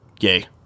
yay